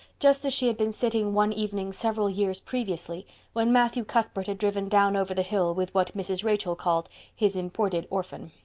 just as she had been sitting one evening several years previously when matthew cuthbert had driven down over the hill with what mrs rachel called his imported orphan.